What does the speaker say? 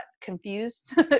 confused